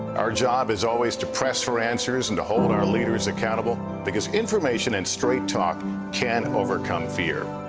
our job is always to press for answers and to hold our leaders accountable because information and straight talk can overcome fear.